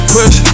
Push